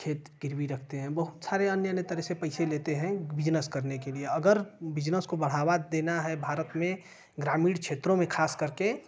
खेत गिरवी रखते है बहुत सारे अन्य अन्य तरह से पैसे लेते हैं बिजनेस करने के लिए अगर बिजनेस को बढ़ावा देना है भारत में ग्रामीण क्षेत्रों में खास करके